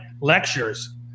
lectures